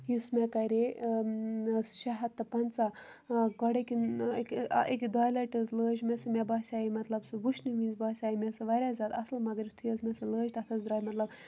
یُس مےٚ کَرے سُہ شےٚ ہَتھ تہٕ پنٛژاہ گۄڈَے کِنۍ أکہِ دۄیہِ لَٹہِ حظ لٲج مےٚ سُہ مےٚ باسے مطلب سُہ وٕچھنہٕ وِزِ باسے مےٚ سۄ واریاہ زیادٕ اَصٕل مگر یُتھُے حظ مےٚ سۄ لٲج تَتھ حظ درٛاے مطلب